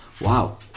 Wow